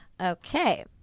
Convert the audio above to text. Okay